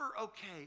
okay